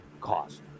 cost